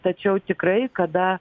tačiau tikrai kada